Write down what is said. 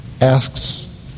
asks